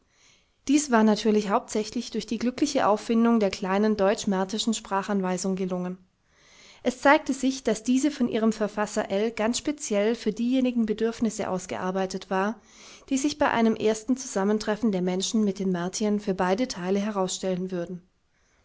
dies war natürlich hauptsächlich durch die glückliche auffindung der kleinen deutsch martischen sprachanweisung gelungen es zeigte sich daß diese von ihrem verfasser ell ganz speziell für diejenigen bedürfnisse ausgearbeitet war die sich bei einem ersten zusammentreffen der menschen mit den martiern für beide teile herausstellen würden